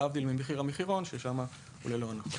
להבדיל ממחיר המחירון שהוא ללא הנחות.